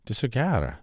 tiesiog gera